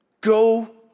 go